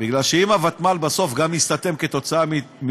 כי אם הוותמ"ל בסוף גם תיסתם מתוכניות,